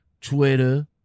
twitter